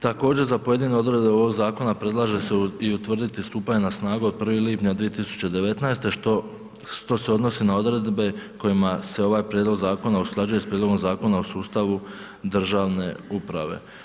Također za pojedine odredbe ovog zakona, predlaže se i utvrditi stupanje na snagu od 1. lipnja 2019. što se odnosi na odredbe kojima se ovaj prijedlog zakona, usklađuje sa prijedlogom zakona o sustavu državne uprave.